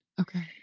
Okay